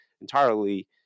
entirely